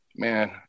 Man